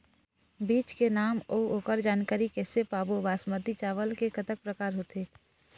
बीज के नाम अऊ ओकर जानकारी कैसे पाबो बासमती चावल के कतेक प्रकार होथे?